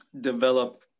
develop